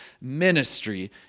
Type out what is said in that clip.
ministry